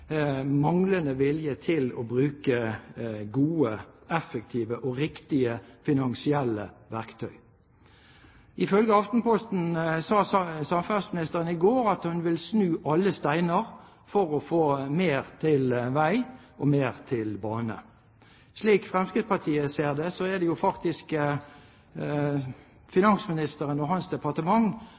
manglende vilje til å bruke gode, effektive og riktige finansielle verktøy. Ifølge Aftenposten sa samferdselsministeren i går at hun vil snu alle steiner for å få mer penger til vei og mer til bane. Slik Fremskrittspartiet ser det, er det jo faktisk finansministeren og hans departement